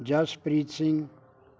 Jaspreet Singh